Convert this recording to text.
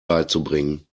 beizubringen